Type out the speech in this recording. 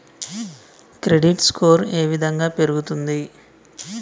Credit score ఏ విధంగా పెరుగుతుంది?